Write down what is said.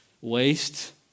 waste